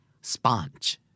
sponge